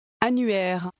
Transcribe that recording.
Annuaire